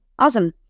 Awesome